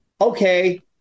Okay